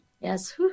Yes